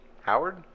Howard